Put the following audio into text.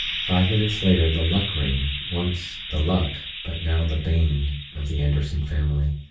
five minutes later the luck ring, once the luck, but now the bane, of the anderson family,